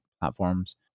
platforms